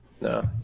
no